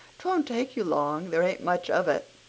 twon't take you long there ain't much of it.